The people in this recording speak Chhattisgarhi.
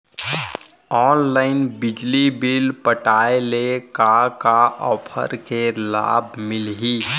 ऑनलाइन बिजली बिल पटाय ले का का ऑफ़र के लाभ मिलही?